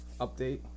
update